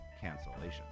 cancellation